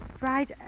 Right